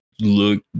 look